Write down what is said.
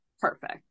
Perfect